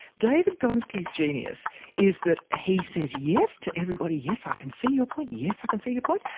david gonski's genius is that he says yes to everybody, yes i can see your point, yes i can see your point,